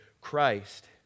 Christ